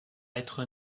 être